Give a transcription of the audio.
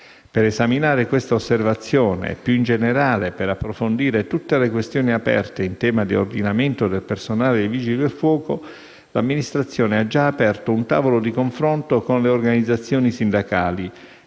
Per esaminare questa osservazione e, più in generale, per approfondire tutte le questioni aperte in tema di ordinamento del personale dei Vigili del fuoco, l'Amministrazione ha già aperto un tavolo di confronto con le organizzazioni sindacali,